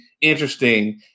interesting